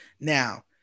Now